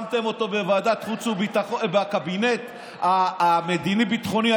שמתם אותו בקבינט המדיני-ביטחוני.